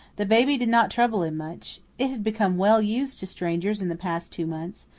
the baby did not trouble him much it had become well used to strangers in the past two months,